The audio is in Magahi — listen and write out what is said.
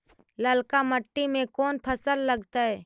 ललका मट्टी में कोन फ़सल लगतै?